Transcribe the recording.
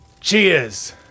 Cheers